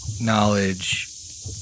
Knowledge